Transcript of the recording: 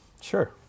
Sure